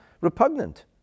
repugnant